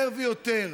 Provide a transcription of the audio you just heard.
יותר ויותר